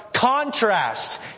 contrast